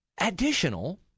additional